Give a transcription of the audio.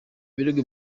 birego